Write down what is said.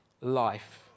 life